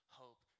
hope